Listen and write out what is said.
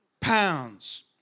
pounds